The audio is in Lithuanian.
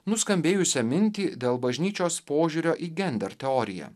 nuskambėjusią mintį dėl bažnyčios požiūrio į gender teoriją